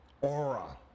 aura